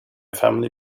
family